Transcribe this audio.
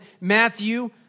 Matthew